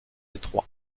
étroit